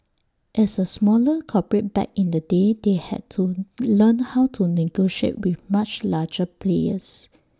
as A smaller corporate back in the day they had to learn how to negotiate with much larger players